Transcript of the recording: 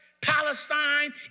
Palestine